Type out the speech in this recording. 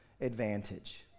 advantage